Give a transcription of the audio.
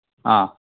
ആ